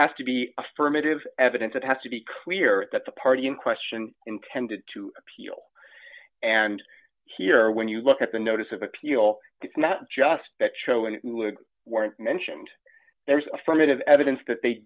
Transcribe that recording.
has to be affirmative evidence it has to be clear that the party in question intended to appeal and here when you look at the notice of appeal it's not just that show and weren't mentioned there's affirmative evidence that they